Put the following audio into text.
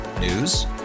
News